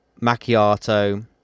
macchiato